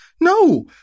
No